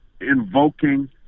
invoking